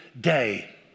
day